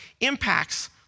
impacts